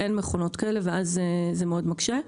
אין מכונות כאלה וזה מאוד מקשה.